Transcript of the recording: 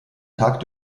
tag